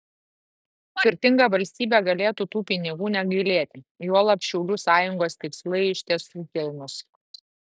turtinga valstybė galėtų tų pinigų negailėti juolab šaulių sąjungos tikslai iš tiesų kilnūs